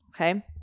okay